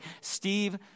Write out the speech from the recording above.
Steve